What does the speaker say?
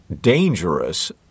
dangerous